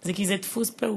אלא כי זה דפוס פעולה,